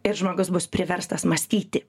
ir žmogus bus priverstas mąstyti